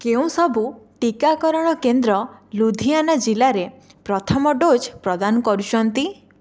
କେଉଁ ସବୁ ଟିକାକରଣ କେନ୍ଦ୍ର ଲୁଧିଆନା ଜିଲ୍ଲାରେ ପ୍ରଥମ ଡୋଜ୍ ପ୍ରଦାନ କରୁଛନ୍ତି